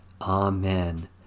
Amen